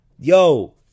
Yo